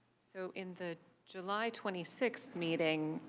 so in the july twenty six meeting,